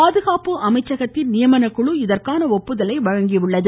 பாதுகாப்பு அமைச்சகத்தின் நியமன குழு இதற்கான ஒப்புதலை வழங்கியுள்ளது